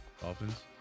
Dolphins